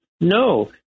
no